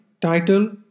title